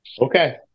Okay